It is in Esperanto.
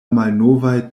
malnovaj